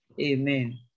Amen